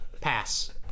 pass